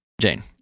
Jane